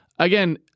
Again